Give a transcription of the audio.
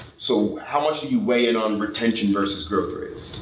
so how much do you weigh in on retention versus growth rates?